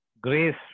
grace